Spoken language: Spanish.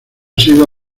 sido